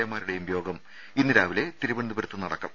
A മാരുടേയും യോഗം ഇന്ന് രാവിലെ തിരുവനന്തപുരത്ത് നടത്തും